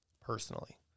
Personally